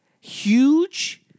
huge